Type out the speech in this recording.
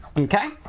okay?